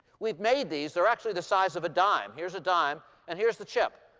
we've made these. they're actually the size of a dime. here's a dime. and here's the chip.